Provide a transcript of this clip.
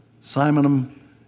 Simon